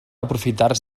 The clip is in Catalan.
aprofitar